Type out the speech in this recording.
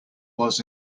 was